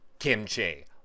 kimchi